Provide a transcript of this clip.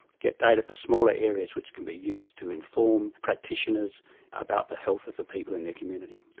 get data for smaller areas which can be used to inform practitioners about the health of the people in their community.